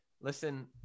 Listen